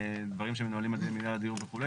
לדברים שמנוהלים על ידי מינהל הדיור וכו',